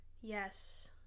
Yes